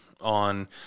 on